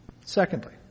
Secondly